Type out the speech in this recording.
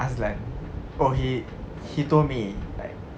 azlan oh he he told me but